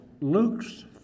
Luke's